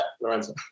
Lorenzo